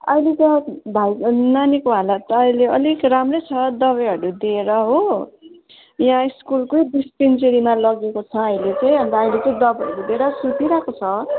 अहिले त भाइ नानीको हालत त अहिले अलिक राम्रै छ दबाईहरू दिएर हो यहाँ स्कुलकै डिस्पेन्सरीमा लगेको छ अहिले चाहिँ अन्त अहिले चाहिँ दबाईहरू दिएर सुतिरहेको छ